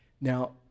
now